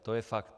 To je fakt.